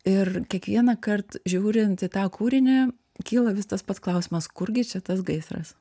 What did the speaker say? ir kiekvienąkart žiūrint į tą kūrinį kyla vis tas pats klausimas kurgi čia tas gaisras